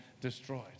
destroyed